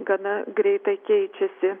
gana greitai keičiasi